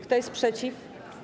Kto jest przeciw?